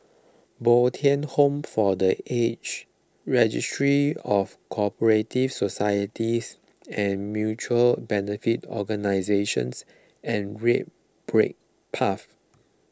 Bo Tien Home for the Aged Registry of Co Operative Societies and Mutual Benefit Organisations and Red Brick Path